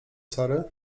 sary